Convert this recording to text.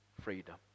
freedom